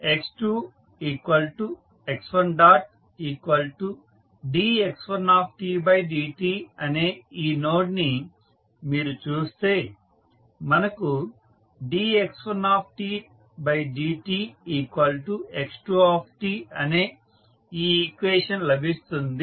x2x1dx1dt అనే ఈ node ని మీరు చూస్తే మనకు dx1dtx2t అనే ఈ ఈక్వేషన్ లభిస్తుంది